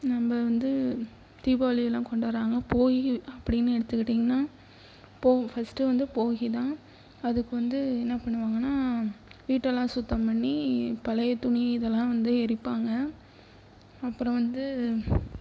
நம்ப வந்து தீபாவளிலாம் கொண்டாடுறாங்க போகி அப்படினு எடுத்துக்கிட்டிங்கனா போ ஃபர்ஸ்ட்டு வந்து போகி தான் அதுக்கு வந்து என்ன பண்ணுவாங்கனா வீட்டைலாம் சுத்தம் பண்ணி பழைய துணி இதெல்லாம் வந்து எரிப்பாங்க அப்புறம் வந்து